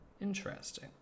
Interesting